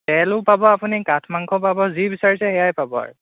তেলো পাব আপুনি কাঠ মাংস পাব যি বিচাৰিছে সেয়াই পাব আৰু